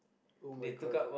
[oh]-my-god